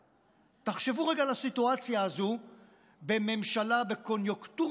תחשבו רגע על הסיטואציה הזו בממשלה בקוניונקטורה מסוימת